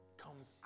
comes